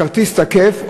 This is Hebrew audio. הכרטיס תקף,